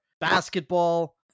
basketball